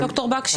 ד"ר בקשי?